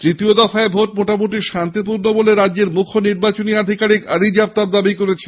তৃতীয় দফায় ভোট মোটামুটি শান্তিপূর্ণ বলে রাজ্যের মুখ্য নির্বাচনী আধিকারিক আরিজ আফতাব দাবি করেছেন